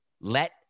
let